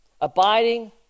Abiding